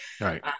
Right